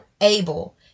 able